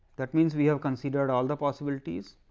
that means, we have consider all the possibilities,